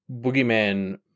boogeyman